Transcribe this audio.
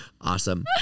Awesome